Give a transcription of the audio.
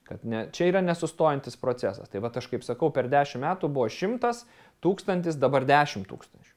kad ne čia yra nesustojantis procesas tai vat aš kaip sakau per dešim metų buvo šimtas tūkstantis dabar dešim tūkstančių